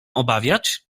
obawiać